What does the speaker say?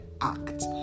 act